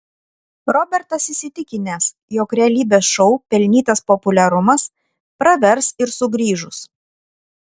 robertas įsitikinęs jog realybės šou pelnytas populiarumas pravers ir sugrįžus